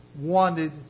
wanted